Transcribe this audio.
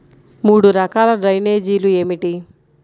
మూడు రకాల డ్రైనేజీలు ఏమిటి?